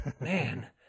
Man